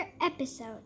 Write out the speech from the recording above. episode